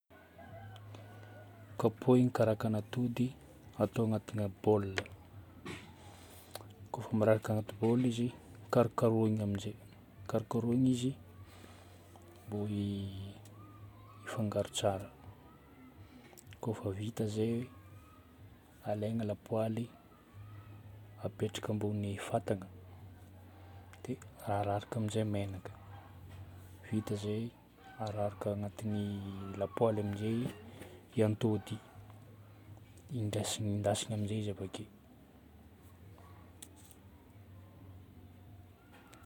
Kapohigna karakan'atody, atao agnatina bol. Kôfa miraraka agnaty bol izy, karokarohigna amizay. Karokarohigna izy mbô hifangaro tsara. Kôfa vita zay, alaigna lapoaly, apetraka ambonin'ny fatana. Dia araraka amin'izay ny megnaka. Vita zay, araraka agnatin'ny lapoaly amin'izay atody. Indesina- Endasina amin'izay izy avakeo.